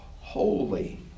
Holy